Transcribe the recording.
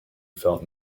felt